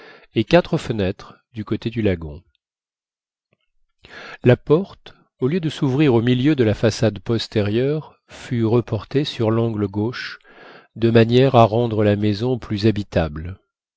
et quatre fenêtres du côté du lagon la porte au lieu de s'ouvrir au milieu de la façade postérieure fut reportée sur l'angle gauche de manière à rendre la maison plus habitable